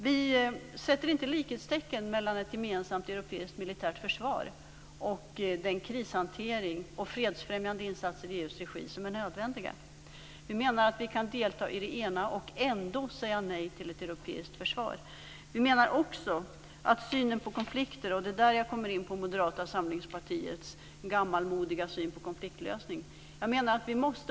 Vi sätter inte likhetstecken mellan ett gemensamt europeiskt militärt försvar och den krishantering och fredsfrämjande insatser i EU:s regi som är nödvändiga. Vi menar att vi kan delta i det ena och ändå säga nej till ett europeiskt försvar. Vi menar också att synen på konflikter - det är där jag kommer in på Moderata samlingspartiets gammalmodiga syn på konfliktlösning - måste utvecklas.